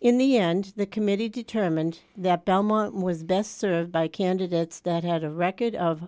in the end the committee determined that belmont was best served by candidates that had a record of